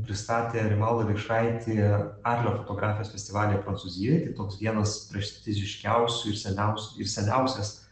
pristatė rimaldą vikšraitį fotografijos festivalyje prancūzijoj tai toks vienas prestižiškiausių ir seniausių ir seniausias